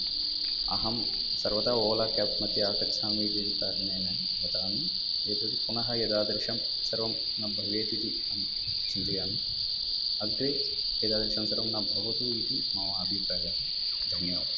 अहं सर्वदा ओला केब् मघ्ये आगच्छामि इति कारणेन वदामि एतद् पुनः एतादृशं सर्वं न भवेत् इति अहं चिन्तयामि अग्रे एतादृशं सर्वं न भवतु इति मम अभिप्रायः धन्यवादः